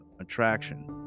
attraction